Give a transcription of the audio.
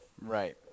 Right